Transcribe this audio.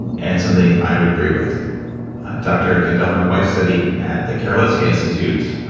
and something i would agree with dr. kandel, my wife studied at the karolinska institute,